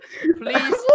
Please